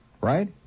Right